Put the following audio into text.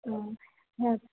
हां ह